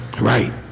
Right